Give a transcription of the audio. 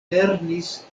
lernis